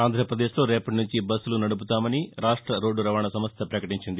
ఆంధ్రాపదేశ్లో రేపటి నుంచి బస్సులు నడపుతామని రాష్ట రోడ్డు రవాణా సంస్థ పకటించింది